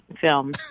film